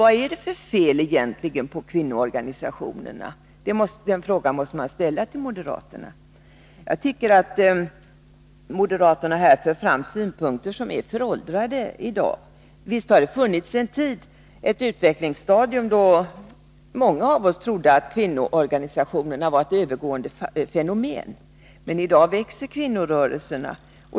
Vad är det för fel egentligen på kvinnoorganisationerna? De frågorna måste ställas till moderaterna. Jag tycker att moderaterna här för fram synpunkter som är föråldrade i dag. Visst har det funnits en tid, ett utvecklingsstadium, då många av oss trodde att kvinnoorganisationerna var ett övergående fenomen. Men i dag växer kvinnorörelserna.